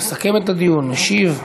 מסכם את הדיון, משיב,